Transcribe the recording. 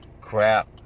crap